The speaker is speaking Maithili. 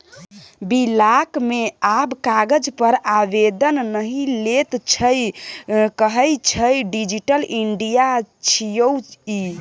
बिलॉक मे आब कागज पर आवेदन नहि लैत छै कहय छै डिजिटल इंडिया छियै ई